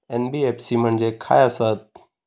NBFC म्हणजे खाय आसत?